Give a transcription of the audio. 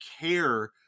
care